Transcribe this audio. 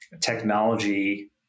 technology